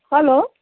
hello